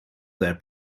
their